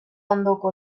ondoko